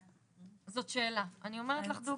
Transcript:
זאת שאלה, אני אומרת לך דוגרי.